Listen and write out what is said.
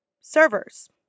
servers